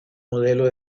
modelo